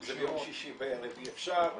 אז ביום שישי בערב אי אפשר,